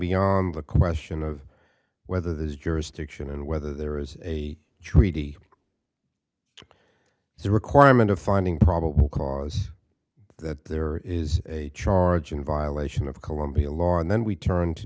beyond the question of whether there's jurisdiction and whether there is a treaty it's a requirement of finding probable cause that there is a charge in violation of columbia law and then we turn to